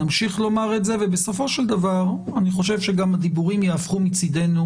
נמשיך לומר את זה ובסופו של דבר אני חושב שגם הדיבורים יהפכו מצדנו